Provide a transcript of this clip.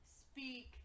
speak